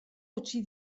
utzi